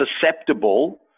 susceptible